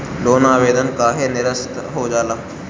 Loan आवेदन काहे नीरस्त हो जाला?